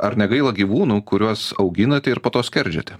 ar negaila gyvūnų kuriuos auginate ir po to skerdžiate